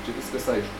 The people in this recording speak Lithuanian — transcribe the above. čia viskas aišku